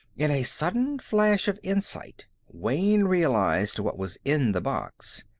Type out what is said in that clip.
in a sudden flash of insight, wayne realized what was in the box.